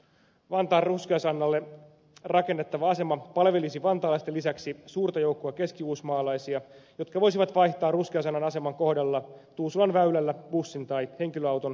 vantaan ruskeasannalle rakennettava asema palvelisi vantaalaisten lisäksi suurta joukkoa keskiuusmaalaisia jotka voisivat vaihtaa ruskeasannan aseman kohdalla tuusulanväylällä bussin tai henkilöauton junakyytiin